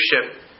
leadership